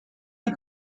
die